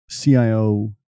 CIO